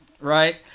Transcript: right